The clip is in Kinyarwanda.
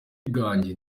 bwanjye